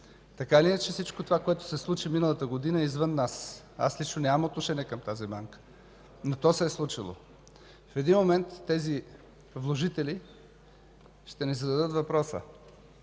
Така ли е, че всичко, което се случи миналата година, е извън нас? Аз лично нямам отношение към тази Банка, но то се е случило. В един момент вложителите ще ни зададат въпроса: